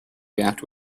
react